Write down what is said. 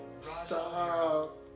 Stop